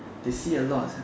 they see a lot sia